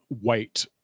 white